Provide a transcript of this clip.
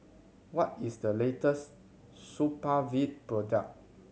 what is the latest Supravit product